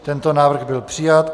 Tento návrh byl přijat.